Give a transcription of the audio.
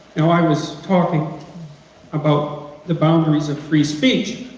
you know i was talking about the boundaries of free speech,